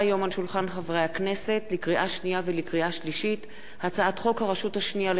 11 בעד, אין מתנגדים, אין נמנעים.